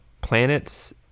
planets